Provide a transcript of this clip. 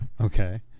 Okay